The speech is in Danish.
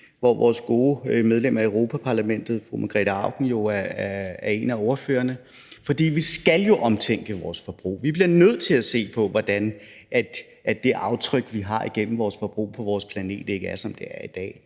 hvor vores gode medlem af Europa-Parlamentet fru Margrethe Auken jo er en af ordførerne. Vi skal jo også omtænke vores forbrug. Vi bliver nødt til at se på, hvordan det aftryk, vi har igennem vores forbrug, på vores planet, ikke bliver, som det er i dag,